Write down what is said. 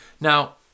now